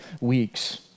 weeks